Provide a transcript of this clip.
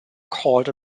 called